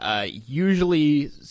usually